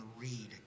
read